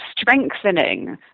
strengthening